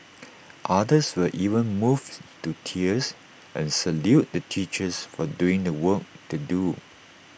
others were even moved to tears and saluted the teachers for doing the work they do